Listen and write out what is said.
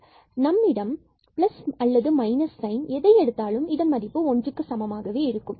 எனவே நாம் பிளஸ் அல்லது மைனஸ் சைன் எதை எடுத்தாலும் இதன் மதிப்பு 1க்கு சமமாகவே இருக்கும்